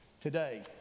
Today